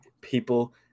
people